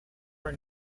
are